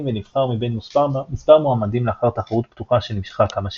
ונבחר מבין מספר מועמדים לאחר תחרות פתוחה שנמשכה כמה שנים.